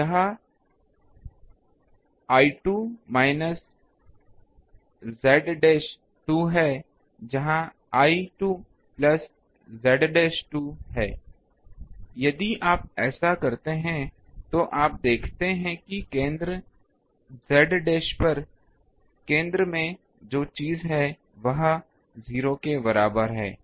तो यहाँ यह l 2 माइनस z डैश 2 है यहाँ l 2 प्लस z डैश 2 है यदि आप ऐसा करते हैं तो आप देखते हैं केंद्र z डैश पर केंद्र में जो चीज़ है वह 0 के बराबर है